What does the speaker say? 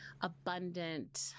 abundant